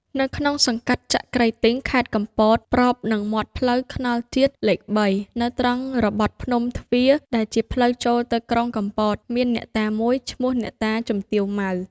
នៅក្នុងសង្កាត់ចក្រីទីង ខេត្តកំពត ប្របនឹងមាត់ផ្លូវថ្នល់ជាតិលេខ ៣ នៅត្រង់របត់ភ្នំទ្វារ ដែលជាផ្លូវចូលទៅក្រុងកំពត មានអ្នកតាមួយឈ្មោះអ្នកតា "ជំទាវ ម៉ៅ" ។